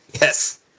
Yes